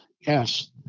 yes